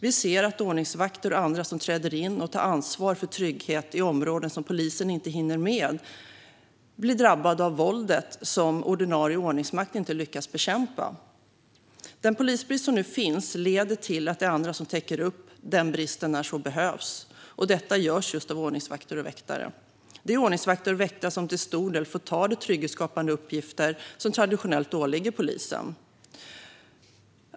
Vi ser att ordningsvakter och andra som träder in och tar ansvar för trygghet i områden som polisen inte hinner med blir drabbade av våldet som den ordinarie ordningsmakten inte lyckas bekämpa. Den polisbrist som nu finns leder till att det är andra som täcker upp den bristen när så behövs. Detta görs just av ordningsvakter och väktare. Det är ordningsvakter och väktare som till stor del får ta de trygghetsskapande uppgifter som traditionellt åligger polisen.